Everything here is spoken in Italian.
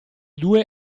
due